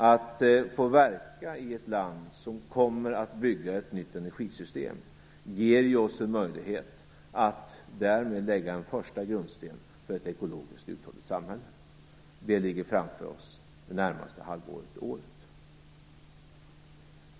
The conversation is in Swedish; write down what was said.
Att få verka i ett land som kommer att bygga ett nytt energisystem ger oss ju en möjlighet att därmed lägga en första grundsten för ett ekologiskt uthålligt samhälle. Det ligger framför oss under det närmaste halvåret och året.